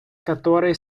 которой